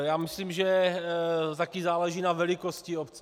Já myslím, že také záleží na velikosti obce.